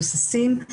האמיתיים והמבוססים.